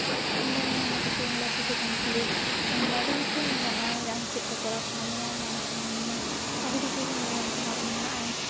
ᱚᱸᱰᱮᱱᱟᱜ ᱟᱹᱰᱤ ᱠᱤᱪᱷᱩ ᱭᱩᱱᱤᱵᱷᱟᱨᱥᱤᱴᱤ ᱠᱚᱢᱯᱞᱤᱴ ᱠᱤᱢᱵᱟ ᱟᱹᱰᱤ ᱠᱤᱪᱷᱩ ᱢᱮᱱᱟᱜᱼᱟ ᱟᱢ ᱪᱮᱫ ᱛᱮ ᱠᱚᱨᱟᱣ ᱥᱟᱱᱟ ᱢᱮᱭᱟ ᱵᱟᱝ ᱥᱟᱱᱟᱢᱮᱭᱟ ᱟᱹᱰᱤ ᱠᱤᱪᱷᱩ ᱜᱮ ᱧᱮᱞ ᱛᱮᱱᱟᱜ ᱢᱮᱱᱟᱜᱼᱟ